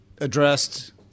addressed